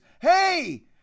Hey